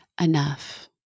enough